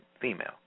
female